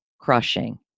crushing